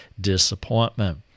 disappointment